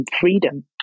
freedom